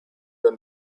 the